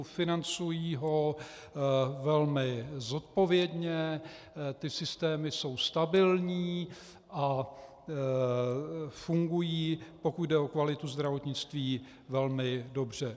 Financují ho velmi zodpovědně, ty systémy jsou stabilní a fungují, pokud jde o kvalitu zdravotnictví, velmi dobře.